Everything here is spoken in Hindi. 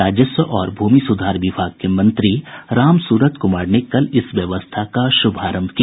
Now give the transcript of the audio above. राजस्व और भूमि सुधार विभाग के मंत्री रामसूरत कुमार ने कल इस व्यवस्था का शुभारंभ किया